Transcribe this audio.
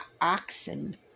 oxen